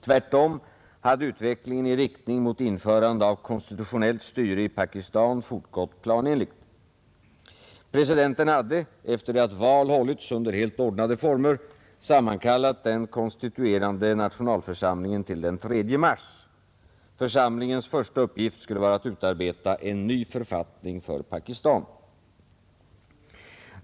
Tvärtom hade utvecklingen i riktning mot införande av konstitutionellt styre i Pakistan fortgått planenligt. Presidenten hade, efter det att val hållits under helt ordnade former, sammankallat den konstituerade nationalförsamlingen till den 3 mars. Församlingens första uppgift skulle vara att utarbeta en ny författning för Pakistan.